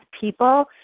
people